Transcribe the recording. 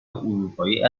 اروپایی